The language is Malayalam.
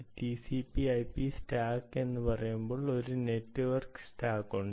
ടിസിപി ഐപി സ്റ്റാക്ക് എന്ന് പറയുമ്പോൾ ഒരു നെറ്റ്വർക്ക് സ്റ്റാക്ക് ഉണ്ട്